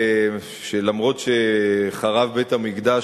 אפילו שכבר חרב בית-המקדש,